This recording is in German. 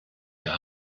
der